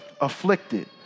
afflicted